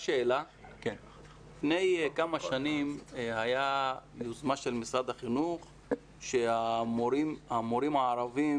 לפני כמה שנים הייתה יוזמה של משרד החינוך שהמורים הערבים